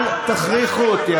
אל תכריחו אותי.